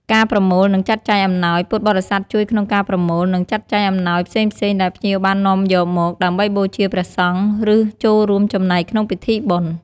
ការណែនាំពីប្រពៃណីវប្បធម៌ ចំពោះភ្ញៀវបរទេស ពួកគាត់អាចជួយណែនាំពីទំនៀមទម្លាប់ និងប្រពៃណីវប្បធម៌ខ្មែរទាក់ទងនឹងព្រះពុទ្ធសាសនា។